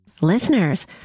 Listeners